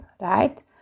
right